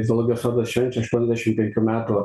zoologijos sodas švenčia aštuoniasdešim penkių metų